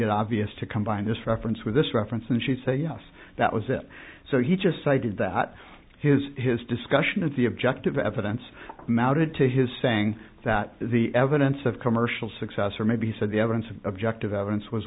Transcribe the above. it obvious to combine this reference with this reference and she say yes that was it so he just cited that his his discussion of the objective evidence mounted to his saying that the evidence of commercial success or maybe said the evidence of objective evidence was